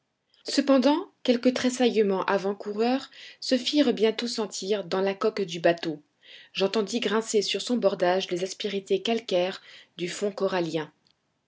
cependant quelques tressaillements avant-coureurs se firent bientôt sentir dans la coque du bateau j'entendis grincer sur son bordage les aspérités calcaires du fond corallien